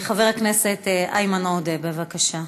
חבר הכנסת איימן עודה, בבקשה.